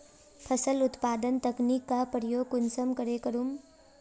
फसल उत्पादन तकनीक का प्रयोग कुंसम करे करूम?